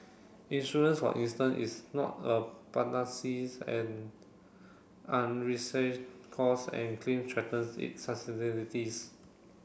insurance for instance is not a and costs and claim threaten its